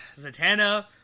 Zatanna